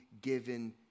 given